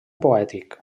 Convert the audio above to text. poètic